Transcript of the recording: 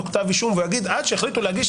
כתב אישום והוא יגיד: עד שיחליטו להגיש.